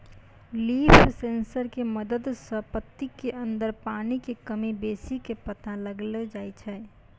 leaf sensor के मदद सॅ पत्ती के अंदर पानी के कमी बेसी के पता लगैलो जाय छै